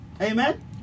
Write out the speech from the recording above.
Amen